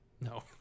No